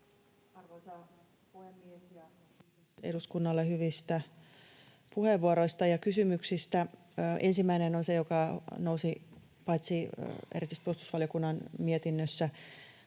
Arvoisa puhemies! Kiitokset eduskunnalle hyvistä puheenvuoroista ja kysymyksistä. Ensimmäinen on se, joka nousi paitsi erityisesti puolustusvaliokunnan molemmissa